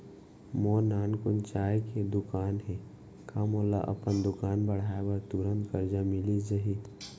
मोर नानकुन चाय के दुकान हे का मोला अपन दुकान बढ़ाये बर तुरंत करजा मिलिस जाही?